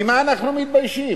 ממה אנחנו מתביישים?